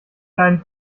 kleinen